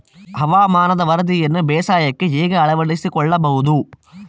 ಹವಾಮಾನದ ವರದಿಯನ್ನು ಬೇಸಾಯಕ್ಕೆ ಹೇಗೆ ಅಳವಡಿಸಿಕೊಳ್ಳಬಹುದು?